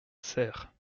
serres